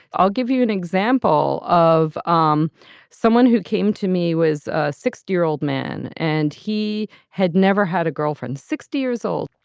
i'll give you an example of um someone who came to me was a sixty year old man and he had never had a girlfriend, sixty years old.